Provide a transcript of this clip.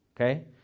okay